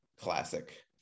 classic